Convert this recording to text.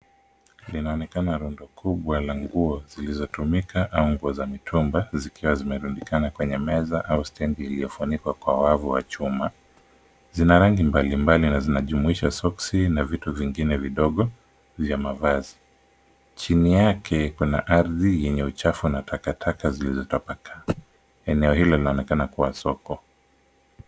Linaonekana rundo kubwa la nguo zilizotumika au nguo za mitumba zikiwa zimerudikana kwenye meza au stenthi iliyofunikwa kwenye wavu wa chuma. Zina rangi mbalimbali na zinajumuisha soksi na vitu vingine vidogo vya mavazi. Chini yake kuna ardhi yenye uchafu na takataka zilizotapakaa. Eneo hilo linaonekana kuwa soko.